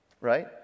right